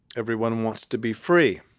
everyone wants to be free.